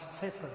safer